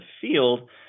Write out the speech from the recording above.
field